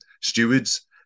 stewards